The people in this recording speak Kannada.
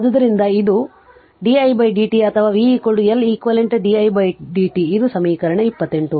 ಆದ್ದರಿಂದ ಇದು di dt ಅಥವಾ v L eq didt ಇದು ಸಮೀಕರಣ 28